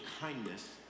kindness